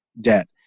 debt